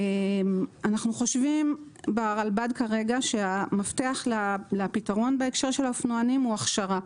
אנחנו ברלב"ד חושבים שהמפתח לפתרון בהקשר של האופנוענים הוא הכשרה.